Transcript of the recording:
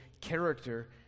character